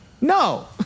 No